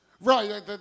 Right